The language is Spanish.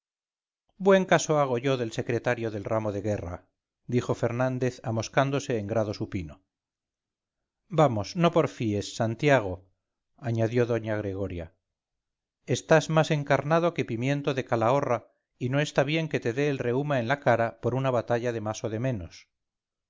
buen caso hago yo del secretario del ramo de guerra dijo fernández amoscándose en grado supino vamos no porfíes santiago añadió doña gregoria estás más encarnado que pimiento de calahorra y no está bien que te dé el reuma en la cara por una batalla de más o de menos